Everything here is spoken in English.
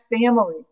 family